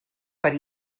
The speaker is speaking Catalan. per